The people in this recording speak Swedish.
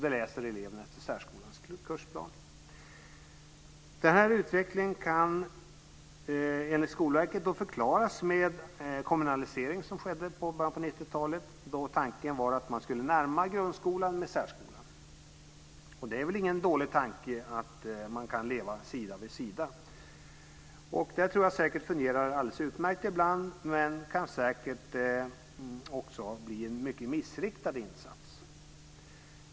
Då läser eleven efter särskolans kursplan. Denna utveckling kan enligt Skolverket förklaras med den kommunalisering som skedde i början på 90 talet. Tanken var att man skulle närma grundskolan med särskolan. Det är väl ingen dålig tanke att leva sida vid sida. Det tror jag säkert fungerar alldeles utmärkt ibland, men det kan säkert också bli en mycket missriktad insats.